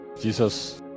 Jesus